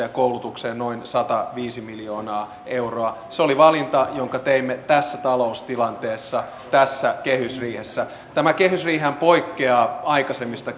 ja koulutukseen noin sataviisi miljoonaa euroa se oli valinta jonka teimme tässä taloustilanteessa tässä kehysriihessä tämä kehysriihihän poikkeaa aikaisemmista